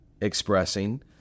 expressing